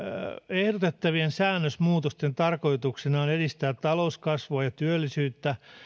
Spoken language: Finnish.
ehdotettavien säännösmuutosten tarkoituksena on edistää talouskasvua ja työllisyyttä